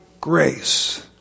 grace